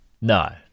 No